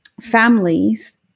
families